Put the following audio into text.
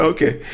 Okay